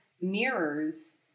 mirrors